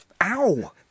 Ow